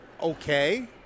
okay